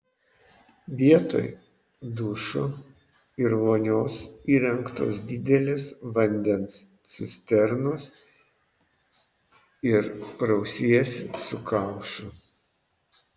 vietoj dušo ir vonios įrengtos didelės vandens cisternos ir prausiesi su kaušu